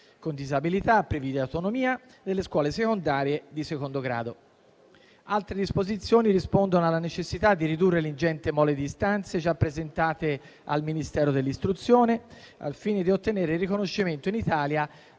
con disabilità privi di autonomia nelle scuole secondarie di secondo grado. Altre disposizioni rispondono alla necessità di ridurre l'ingente mole di istanze già presentate al Ministero dell'istruzione al fine di ottenere il riconoscimento in Italia